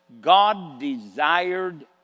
God-desired